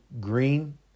Green